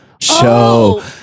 show